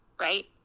right